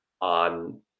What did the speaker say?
on